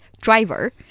driver